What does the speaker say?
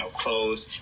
clothes